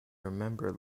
remember